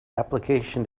application